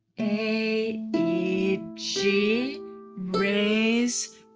a e g raise.